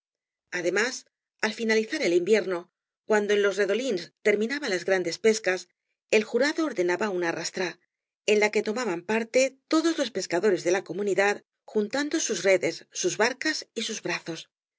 además al fiaalizar el invierno cuando en los redolíns terminaban las grandes pescas el jurado ordenaba una arrastra en la que tomaban parte todos loa pescadores de la camunidad jun tando sus redes sus barcas y sus brazos